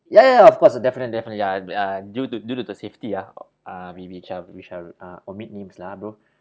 ya ya ya of course definitely definitely uh uh due to due to the safety ah uh we we shall we shall uh uh omit names lah ah bro